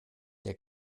der